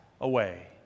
away